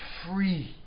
free